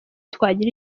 twagira